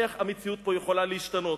איך המציאות פה יכולה להשתנות.